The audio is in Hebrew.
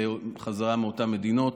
בחזרה מאותן מדינות.